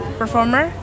performer